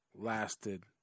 lasted